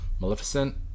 Maleficent